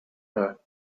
her